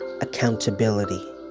accountability